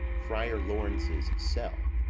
friar laurence's cell.